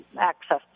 access